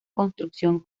construcción